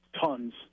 tons